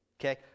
Okay